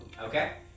Okay